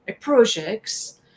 projects